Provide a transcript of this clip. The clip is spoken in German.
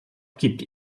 gibt